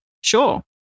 sure